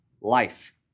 life